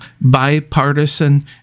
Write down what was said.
bipartisan